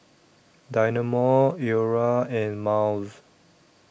Dynamo Iora and Miles